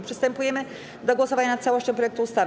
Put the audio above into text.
Przystępujemy do głosowania nad całością projektu ustawy.